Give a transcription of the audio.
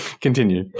Continue